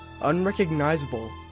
unrecognizable